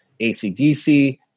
ACDC